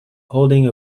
holding